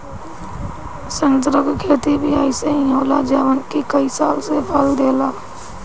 संतरा के खेती भी अइसे ही होला जवन के कई साल से फल देला